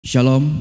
Shalom